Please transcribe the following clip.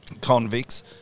convicts